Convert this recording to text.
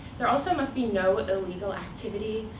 there also must be no illegal activity.